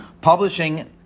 publishing